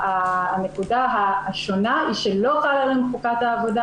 הנקודה השונה היא שלא חלה עליהן חוקת העבודה